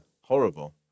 horrible